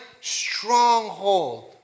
stronghold